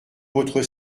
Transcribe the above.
votre